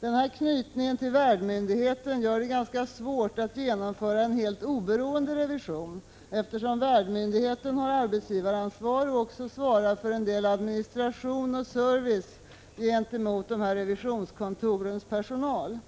Denna knytning till värdmyndigheten gör det svårt att genomföra en helt oberoende revision eftersom värdmyndigheten har arbetsgivaransvar och också svarar för administration och service gentemot revisionskontorets personal.